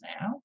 now